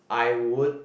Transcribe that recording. I would